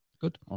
Good